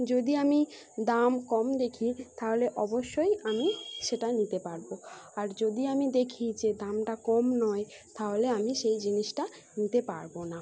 যদি আমি দাম কম দেখি তাহলে অবশ্যই আমি সেটা নিতে পারব আর যদি আমি দেখি যে দামটা কম নয় তাহলে আমি সেই জিনিসটা নিতে পারব না